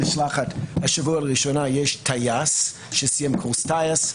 השבוע לראשונה יש טיס שסיים קורס טייס.